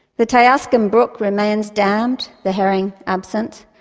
the tiasquam brook remains dammed, the herring absent.